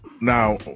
now